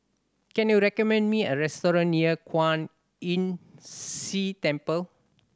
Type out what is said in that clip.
can you recommend me a restaurant near Kwan Imm See Temple